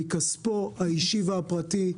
מכספו האישי והפרטי,